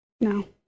No